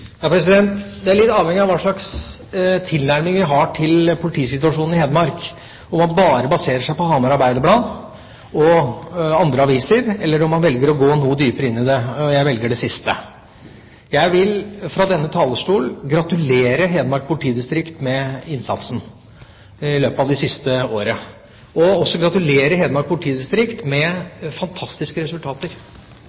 Det er litt avhengig av hva slags tilnærming vi har til politisituasjonen i Hedmark, om man bare baserer seg på Hamar Arbeiderblad og andre aviser, eller om man velger å gå noe dypere inn i det. Jeg velger det siste. Jeg vil fra denne talerstol gratulere Hedmark politidistrikt med innsatsen det siste året og også gratulere Hedmark politidistrikt med